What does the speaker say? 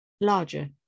larger